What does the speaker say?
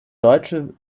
deutsche